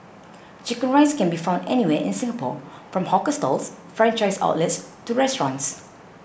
Chicken Rice can be found anywhere in Singapore from hawker stalls franchised outlets to restaurants